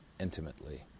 intimately